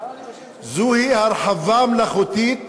זוהי הרחבה מלאכותית,